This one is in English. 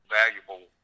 valuable